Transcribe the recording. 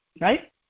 Right